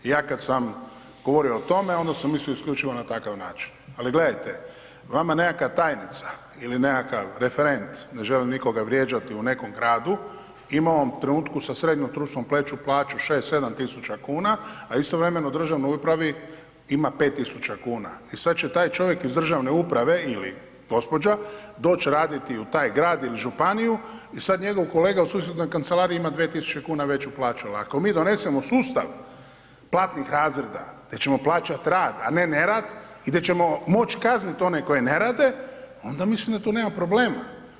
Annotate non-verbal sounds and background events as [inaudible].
I ja kad sam govorio o tome, onda sam mislio isključivo na takav način, ali gledajte, vama nekakva tajnica ili nekakav referent, ne želim nikoga vrijeđati, u nekom gradu ima vam u trenutku sa srednjom stručnom [unintelligible] plaću šest, sedam tisuća kuna, a istovremeno u državnoj upravi ima pet tisuća kuna, i sad će taj čovjek iz državne uprave ili gospođa, doći raditi u taj Grad ili Županiju, i sad njegov kolega u susjednoj kancelariji ima dve tisuće kuna veću plaću, ali ako mi donesemo sustav platnih razreda gdje ćemo plaćat rad, a ne nerad i gdje ćemo moći kaznit one koji ne rade, onda mislim da tu nema problema.